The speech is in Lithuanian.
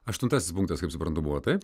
aštuntasis punktas kaip suprantu buvo taip